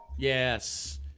Yes